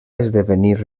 esdevenir